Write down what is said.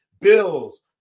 Bills